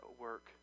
work